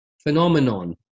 phenomenon